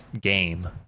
game